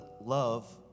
love